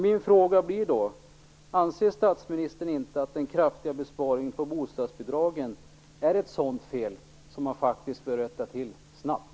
Min fråga blir då: Anser inte statsministern att den kraftiga besparingen på bostadsbidragen är ett sådant fel som man faktiskt bör rätta till snabbt?